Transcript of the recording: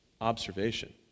observation